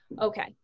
Okay